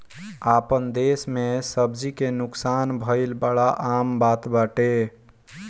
आपन देस में सब्जी के नुकसान भइल बड़ा आम बात बाटे